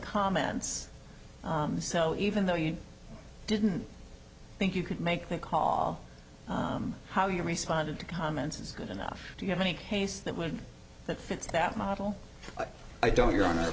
comments so even though you didn't think you could make the call how you responded to comments is good enough do you have any case that would that fits that model i don't you're